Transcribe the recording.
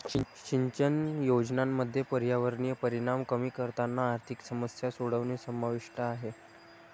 सिंचन योजनांमध्ये पर्यावरणीय परिणाम कमी करताना आर्थिक समस्या सोडवणे समाविष्ट आहे